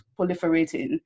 proliferating